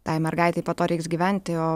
tai mergaitei po to reiks gyventi o